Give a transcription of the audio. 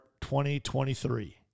2023